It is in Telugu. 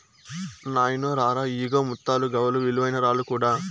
నాయినో రా రా, ఇయ్యిగో ముత్తాలు, గవ్వలు, విలువైన రాళ్ళు కూడా